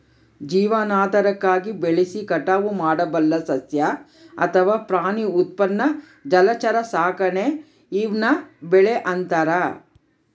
ಜೀವನಾಧಾರಕ್ಕಾಗಿ ಬೆಳೆಸಿ ಕಟಾವು ಮಾಡಬಲ್ಲ ಸಸ್ಯ ಅಥವಾ ಪ್ರಾಣಿ ಉತ್ಪನ್ನ ಜಲಚರ ಸಾಕಾಣೆ ಈವ್ನ ಬೆಳೆ ಅಂತಾರ